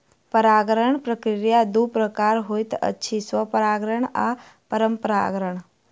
परागण प्रक्रिया दू प्रकारक होइत अछि, स्वपरागण आ परपरागण